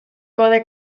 kode